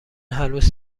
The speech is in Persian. هنوز